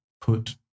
put